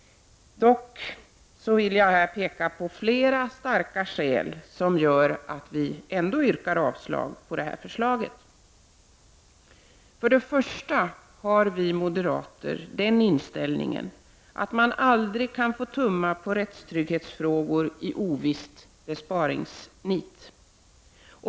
Jag vill dock peka på flera starka skäl, som gör att vi yrkar avslag på detta förslag. För det första har vi moderater den inställningen att man aldrig kan få tumma på rättstrygghetsfrågor i ovist besparingsnit.